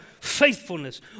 faithfulness